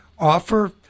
offer